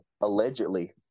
allegedly